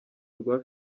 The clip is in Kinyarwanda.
rwa